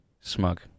smug